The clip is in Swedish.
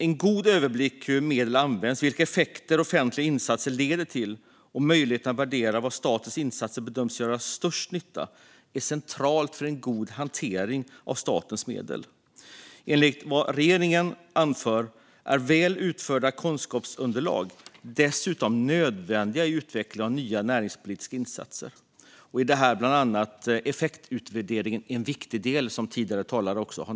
En god överblick över hur medel används, vilka effekter offentliga insatser leder till och möjligheten att värdera var statens insatser bedöms göra störst nytta är central för en god hantering av statens medel. Enligt vad regeringen anför är väl utförda kunskapsunderlag dessutom nödvändiga i utvecklingen av nya näringspolitiska insatser, och i detta är bland annat effektutvärdering en viktig del.